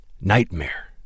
nightmare